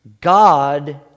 God